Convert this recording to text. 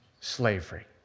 slavery